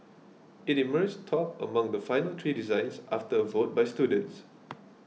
it emerged top among the final three designs after a vote by students